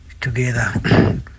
together